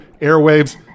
airwaves